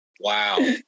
Wow